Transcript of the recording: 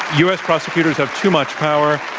u. s. prosecutors have too much power.